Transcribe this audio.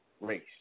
race